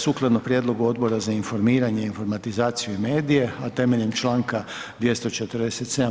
Sukladno prijedlogu Odbora za informiranje, informatizaciju i medije, a temeljem Članka 247.